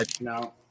No